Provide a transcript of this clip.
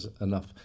enough